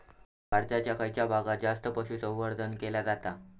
भारताच्या खयच्या भागात जास्त पशुसंवर्धन केला जाता?